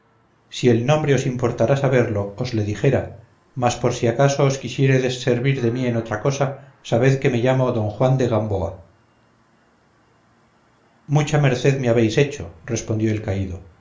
si el nombre os importara saberlo os le dijera mas por si acaso os quisiéredes servir de mí en otra cosa sabed que me llamo don juan de gamboa mucha merced me habéis hecho respondió el caído